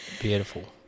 beautiful